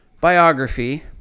biography